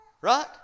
Right